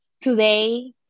today